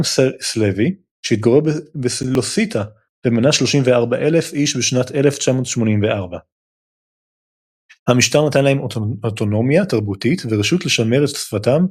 עם סלבי שהתגורר בלוסאטיה ומנה 34,000 איש בשנת 1984. המשטר נתן להם אוטונומיה תרבותית ורשות לשמר את שפתם,